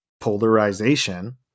polarization